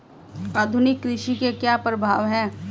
आधुनिक कृषि के क्या प्रभाव हैं?